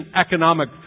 economic